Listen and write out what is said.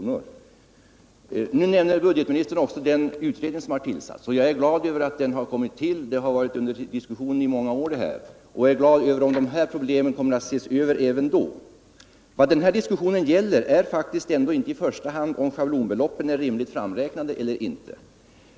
Budgetministern nämner också den utredning som tillsatts. Jag är glad över att den kommit till. Dessa problem har varit under diskussion i många år, och jag är glad om de kommer att behandlas av utredningen. Vad den här diskussionen gäller är faktiskt inte i första hand om schablonbeloppen är rimligt framräknade eller inte.